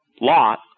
Lot